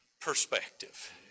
perspective